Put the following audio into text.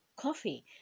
coffee